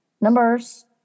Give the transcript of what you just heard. Numbers